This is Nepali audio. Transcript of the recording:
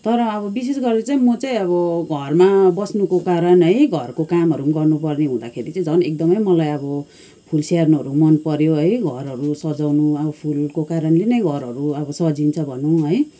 तर अब विशेष गरेर चाहिँ म चाहिँ अब घरमा बस्नुको कारण है घरको कामहरू पनि गर्नुपर्ने हुँदाखेरि चाहिँ झन् एकदमै मलाई अब फुल स्याहार्नुहरू मनपऱ्यो है घरहरू सजाउनु अब फुलको कारणले नै घरहरू अब सजिन्छ भनौँ है